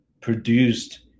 produced